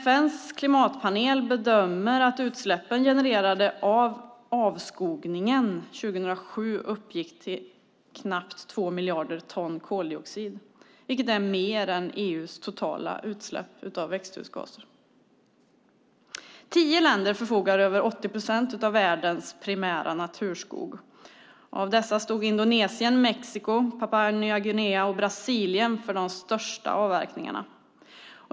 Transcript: FN:s klimatpanel bedömer att utsläppen genererade av avskogningen 2007 uppgick till knappt 2 miljarder ton koldioxid, vilket är mer än EU:s totala utsläpp av växthusgaser. Tio länder förfogar över 80 procent av världens primära naturskog. Av dessa stod Indonesien, Mexiko, Papua Nya Guinea och Brasilien för de största avverkningarna.